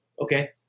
Okay